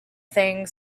thing